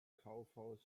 kaufhaus